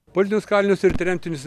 politinius kalinius ir tremtinius